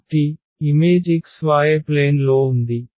కాబట్టి image xy plane లో ఉంది